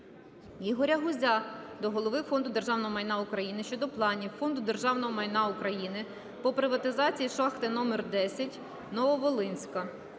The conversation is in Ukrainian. Ігоря Гузя до голови Фонду державного майна України щодо планів Фонду державного майна України по приватизації Шахти № 10 "Нововолинська".